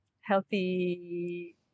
healthy